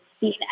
seen